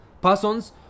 persons